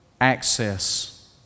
access